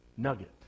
nugget